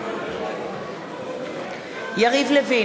נגד אורלי לוי אבקסיס, בעד יריב לוין,